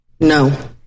No